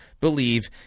believe